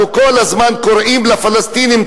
אנחנו כל הזמן קוראים לפלסטינים,